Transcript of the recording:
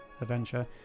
adventure